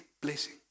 blessing